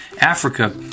Africa